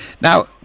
Now